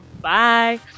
Bye